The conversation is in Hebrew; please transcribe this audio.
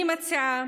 אני מציעה